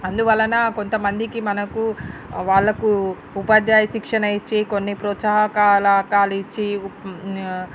అందువలన కొంతమందికి మనకు వాళ్ళకు ఉపాధ్యాయ శిక్షణ ఇచ్చి కొన్ని ప్రోత్సాహకాలు కాలు ఇచ్చి